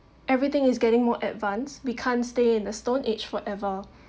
everything is getting more advanced we can't stay in the stone age forever